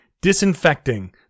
disinfecting